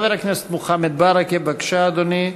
חבר הכנסת מוחמד ברכה, בבקשה, אדוני,